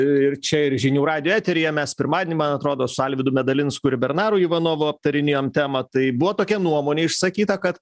ir čia ir žinių radijo eteryje mes pirmadienį man atrodo su alvydu medalinsku ir bernaru ivanovu aptarinėjom temą tai buvo tokia nuomonė išsakyta kad